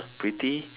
pretty